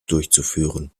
durchzuführen